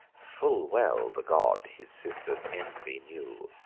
full well the god his sister's envy knew,